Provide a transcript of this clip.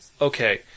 okay